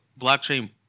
blockchain